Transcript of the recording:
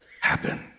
happen